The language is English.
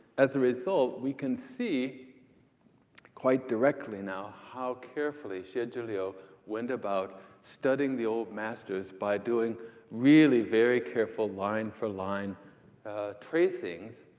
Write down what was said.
as a result, we can see quite directly now how carefully xie zhiliu went about studying the old masters by doing really very careful, line-for-line tracings.